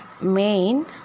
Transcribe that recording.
main